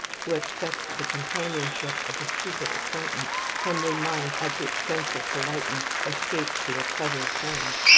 to accept the companionship of a stupid acquaintance when we might, at the expense of politeness, escape to a clever friend,